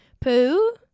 poo